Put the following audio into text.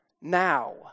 now